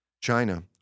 China